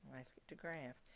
ask it to graph.